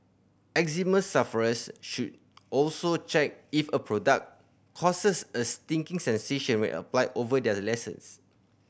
eczema sufferers should also check if a product causes a stinging sensation when applied over their lesions